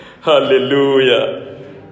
Hallelujah